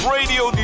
Radio